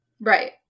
right